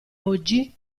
oggi